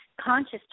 conscious